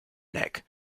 neck